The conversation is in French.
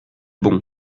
bon